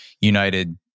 United